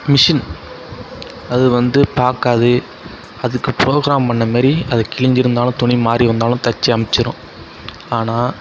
machine அது வந்து பார்க்காது அதுக்கு ப்ரோக்ராம் பண்ணிண மாரி அது கிழிஞ்சி இருந்தாலும் துணி மாறி வந்தாலும் தச்சு அமிச்சுரும் ஆனால்